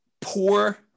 poor